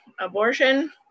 abortion